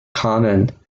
common